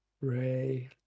Ray